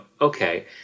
okay